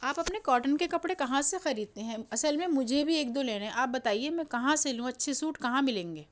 آپ اپنے کاٹن کے کپڑے کہاں سے خریدتے ہیں اصل میں مجھے بھی ایک دو لینے ہیں آپ بتائیے میں کہاں سے لوں اچھے سوٹ کہاں ملیں گے